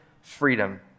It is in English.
freedom